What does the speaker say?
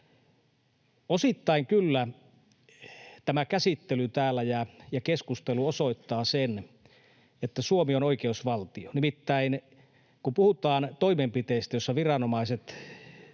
Osittain kyllä tämä käsittely täällä ja keskustelu osoittavat, että Suomi on oikeusvaltio. Nimittäin kun puhutaan toimenpiteistä, joissa viranomaiset